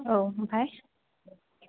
औ आमफाय